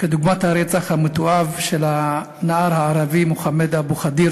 כדוגמת הרצח המתועב של הנער הערבי מוחמד אבו ח'דיר,